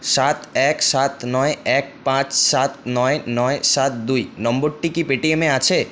সাত এক সাত নয় এক পাঁচ সাত নয় নয় সাত দুই নম্বরটি কি পেটিএমে আছে